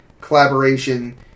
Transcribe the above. collaboration